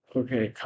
okay